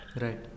Right